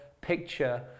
picture